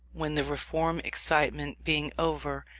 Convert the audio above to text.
when, the reform excitement being over,